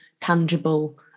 tangible